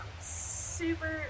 super